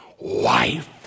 Wife